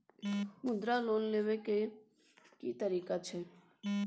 मुद्रा लोन लेबै के की तरीका छै?